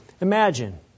Imagine